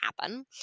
happen